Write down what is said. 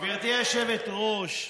גברתי היושבת-ראש,